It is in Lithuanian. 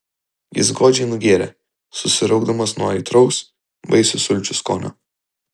jis godžiai nugėrė susiraukdamas nuo aitraus vaisių sulčių skonio